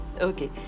Okay